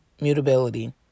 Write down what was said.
mutability